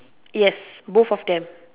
yes both of them